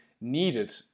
needed